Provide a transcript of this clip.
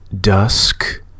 dusk